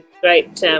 great